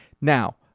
Now